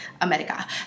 America